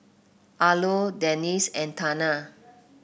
Arlo Denisse and Tana